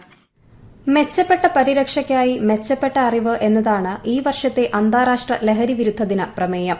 voice മെച്ചപ്പെട്ട പരിരക്ഷയ്ക്കായി മെച്ചപ്പെട്ട അറിവ് എന്നതാണ് ഈ വർഷത്തെ അന്താരാഷ്ട്ര ലഹരി ് വിരുദ്ധ ദിന പ്രമേയം